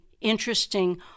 interesting